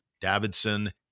Davidson